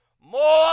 more